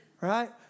Right